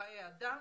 בחיי אדם,